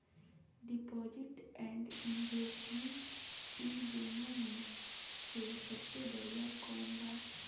Deposit and investment इन दुनो मे से सबसे बड़िया कौन बा?